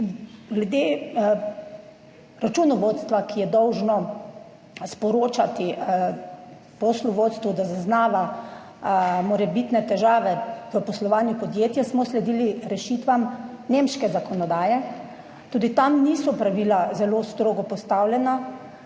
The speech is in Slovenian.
Glede računovodstva, ki je dolžno sporočati poslovodstvu, da zaznava morebitne težave v poslovanju podjetja, smo sledili rešitvam nemške zakonodaje. Tudi tam niso pravila zelo strogo postavljena.